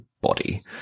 body